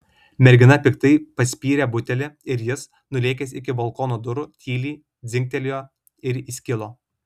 mergina piktai paspyrė butelį ir jis nulėkęs iki balkono durų tyliai dzingtelėjo ir įskilo